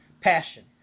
passion